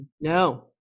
no